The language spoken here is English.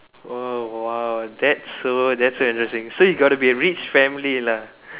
oh !wow! that's so that's so interesting so you got to be rich family lah